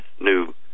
new